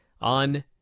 on